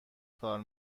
کار